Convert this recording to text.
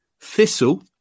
thistle